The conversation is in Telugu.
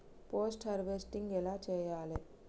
పోస్ట్ హార్వెస్టింగ్ ఎలా చెయ్యాలే?